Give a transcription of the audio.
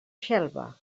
xelva